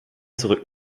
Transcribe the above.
zurück